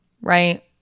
right